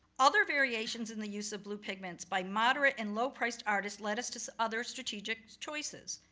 other variations in the use of blue pigments, by moderate and low priced artists, lead us to so other strategic choices.